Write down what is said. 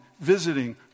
visiting